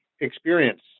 experience